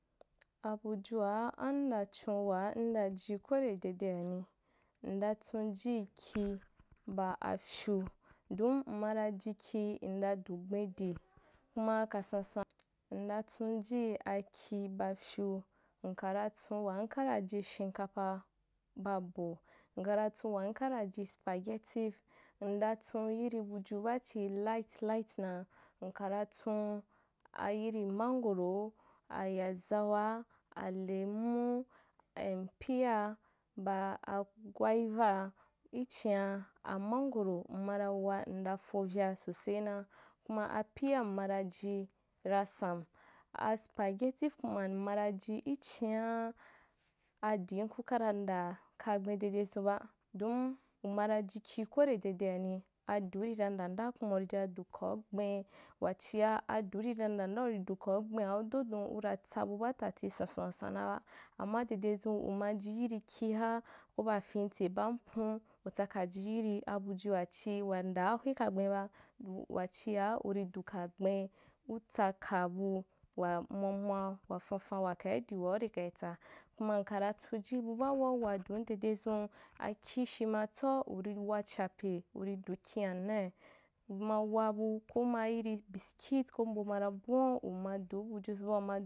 Abujua am dachonwaa nnaji kwende dede anî, ndachon jii ki ba ashu, don m mara ji ki ndadu gbendi, kuma ka sansan- nda chon ji aki ba shu, nkam chan waa nka ra ji ashimkapa ba bo mkara chon waa nkrata ji spagetir ndachon iri buju baachi light light naa, nkara chon a yirî mangoro, ayazawa, alemo, am pear, ba a gwaiva, ichin’a, mmangoro m mara waa nda fovya sosena, kuma apear m maraji ra sam, a spagetic kuma m mara ji ichin’aa asian kura nda kagbea dedezunba, don umara ji ki ko nde dede’ani adiu ri ra nda nda kuma urira dukau gbeu wachi – adiu rira nda nda urî du kau gben’a udo don ura tsa bubaa totì sansan san naba, amma dede zun umaji yirî kiha ko ba fintse ban pun, utsakaji ji yirî abujiva chi wandaa hwa kaghenba, wachia urîdu kagben utsaka bu mwanwa wafanfaa wakai di wau rî kaitsa, kuma dedezun, akish matsau urì wa chape urî du kiŋanaì, uma wabu koma yìrì bìscuit ko mbo mara bwariu, uma du buju zunba.